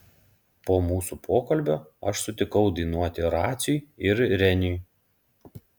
po mūsų pokalbio aš sutikau dainuoti raciui ir reniui